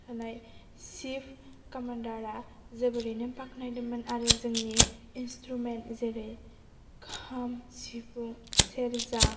होनाय chief commander आ जोबोरैनो बाख्नायदोंमोन आरो जोंनि इन्सट्रुमेन्ट जेरै खाम सिफुं सेरजा